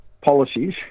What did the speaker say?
policies